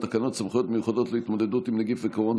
תקנות סמכויות מיוחדות להתמודדות עם נגיף הקורונה